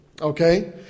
Okay